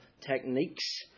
techniques